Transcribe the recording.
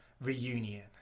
reunion